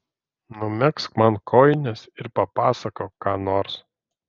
numegzk man kojines ir papasakok ką nors